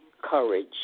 courage